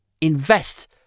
invest